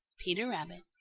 peter rabbit.